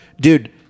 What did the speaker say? dude